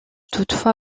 toutefois